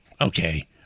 Okay